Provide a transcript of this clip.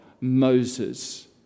Moses